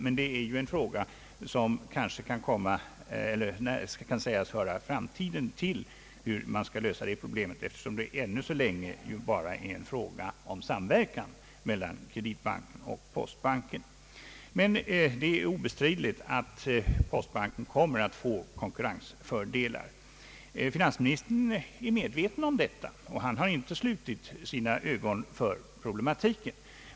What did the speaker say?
Men det är en fråga som kan sägas höra framtiden till, eftersom det ännu så länge endast är en fråga Det är emellertid obestridligt att postbanken kommer att få konkurrensfördelar. Finansministern är medveten om detta, och han har inte slutit sina ögon för problematiken.